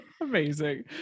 amazing